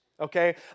okay